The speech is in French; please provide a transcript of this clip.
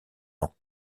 ans